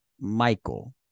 Michael